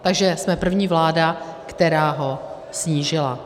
Takže jsme první vláda, která ho snížila.